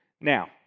Now